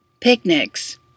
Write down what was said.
picnics